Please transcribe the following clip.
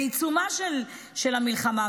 בעיצומה של המלחמה,